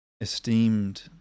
esteemed